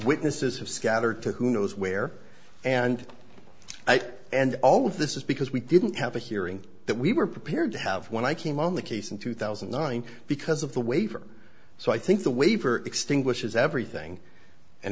witnesses have scattered to who knows where and and all of this is because we didn't have a hearing that we were prepared to have when i came on the case in two thousand and nine because of the waiver so i think the waiver extinguishes everything and